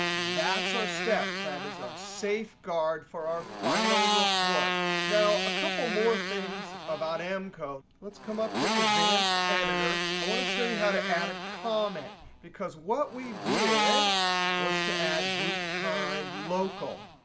that's our step. that is our safeguard for our final report. now a couple more things about m code, let's come up to advanced editor. i want to show you how to add a comment because what we did was to add group kind local.